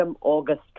August